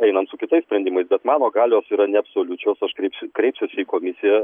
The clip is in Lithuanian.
einam su kitais sprendimais bet mano galios yra neabsoliučios aš kreipsiu kreipsiuosi į komisiją